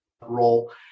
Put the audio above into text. role